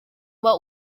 uba